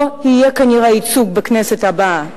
לא יהיה כנראה ייצוג בכנסת הבאה.